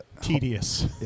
tedious